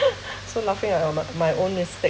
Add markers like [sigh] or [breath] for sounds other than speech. [laughs] [breath] so laughing at on my my own mistake